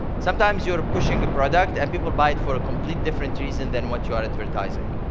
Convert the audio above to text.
sometimes you're pushing a product, and people buy it for a complete different reason than what you're advertising.